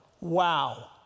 Wow